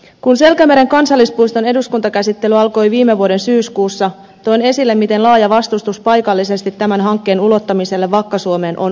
kun selkämeren kansallispuiston eduskuntakäsittely alkoi viime vuoden syyskuussa toin esille miten laaja vastustus paikallisesti tämän hankkeen ulottamiselle vakka suomeen on olemassa